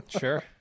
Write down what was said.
Sure